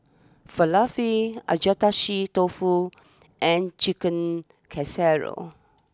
Falafel Agedashi Dofu and Chicken Casserole